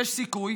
יש סיכוי